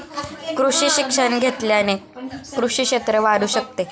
कृषी शिक्षण घेतल्याने कृषी क्षेत्र वाढू शकते